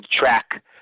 track